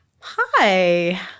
Hi